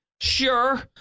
Sure